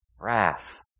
wrath